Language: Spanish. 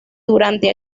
durante